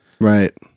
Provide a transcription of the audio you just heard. right